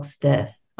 death